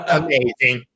amazing